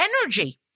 energy